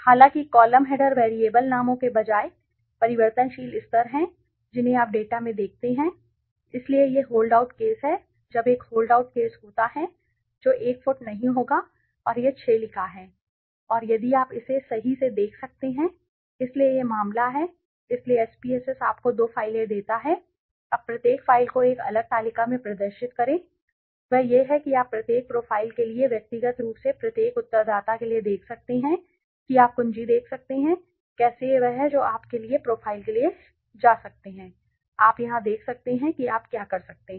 हालाँकि column header variable नामों के बजाय परिवर्तनशील स्तर होते हैं जिन्हें आप डेटा में देखते हैं ठीक है इसलिए यह होल्ड आउट केस है जब एक होल्ड आउट केस होता है जो एक फुट नहीं होगा और यह 6 लिखा है और यदि आप इसे सही से देख सकते हैं इसलिए यह मामला है इसलिए SPSS आपको दो फाइलें देता है ठीक है अब प्रत्येक प्रोफाइल को एक अलग तालिका में प्रदर्शित करें जो आप कर सकते हैं वह यह है कि आप प्रत्येक प्रोफ़ाइल के लिए व्यक्तिगत रूप से प्रत्येक उत्तरदाता के लिए देख सकते हैं कि आप कुंजी देख सकते हैं कि कैसे यह वही है जो आप के लिए प्रोफ़ाइल के लिए जा सकते हैं आप यहां देख सकते हैं कि आप क्या कर सकते हैं